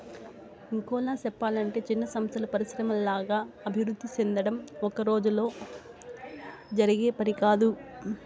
ఇంకోలా సెప్పలంటే చిన్న సంస్థలు పరిశ్రమల్లాగా అభివృద్ధి సెందడం ఒక్కరోజులో జరిగే పని కాదు